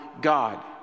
God